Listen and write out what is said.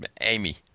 Amy